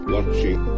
Watching